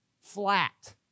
flat